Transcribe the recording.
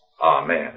Amen